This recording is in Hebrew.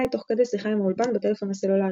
תוך כדי שיחה עם האולפן בטלפון הסלולרי,